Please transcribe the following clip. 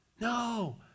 No